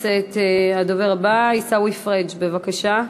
הדובר הבא, עיסאווי פריג', בבקשה,